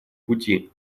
пути